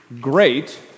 great